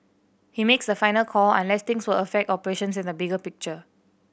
he makes the final call unless things will affect operations in the bigger picture